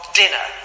dinner